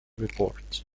report